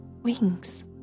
Wings